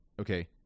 Okay